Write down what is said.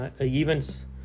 events